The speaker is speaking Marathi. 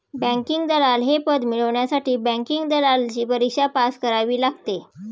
बँकिंग दलाल हे पद मिळवण्यासाठी बँकिंग दलालची परीक्षा पास करावी लागते